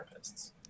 therapists